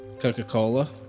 Coca-Cola